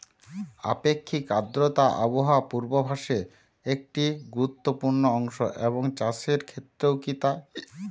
আপেক্ষিক আর্দ্রতা আবহাওয়া পূর্বভাসে একটি গুরুত্বপূর্ণ অংশ এবং চাষের ক্ষেত্রেও কি তাই?